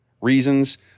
reasons